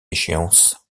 échéance